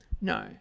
No